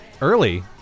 Early